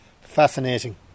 fascinating